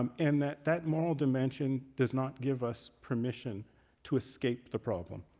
um and that that moral dimension does not give us permission to escape the problem.